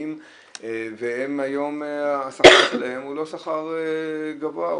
ומפרכים והיום השכר שלהם הוא לא שכר גבוה,